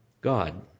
God